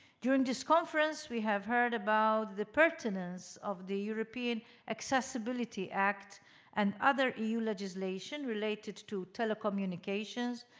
during this conference, we have heard about the pertinence of the european accessibility act and other eu legislation related to telecommunications,